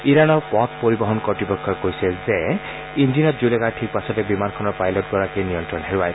ইৰাণৰ পথ পৰিবহণ কৰ্ত্তপক্ষই কৈছে যে ইঞ্জিনত জুই লগাৰ ঠিক পাছতে বিমানখনৰ পাইলটগৰাকীয়ে নিয়ন্ত্ৰণ হেৰুৱায়